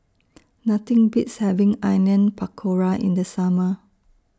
Nothing Beats having Onion Pakora in The Summer